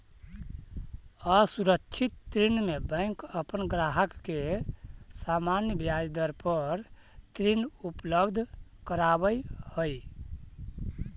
असुरक्षित ऋण में बैंक अपन ग्राहक के सामान्य ब्याज दर पर ऋण उपलब्ध करावऽ हइ